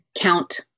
count